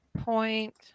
Point